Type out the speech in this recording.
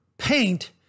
paint